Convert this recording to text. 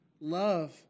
love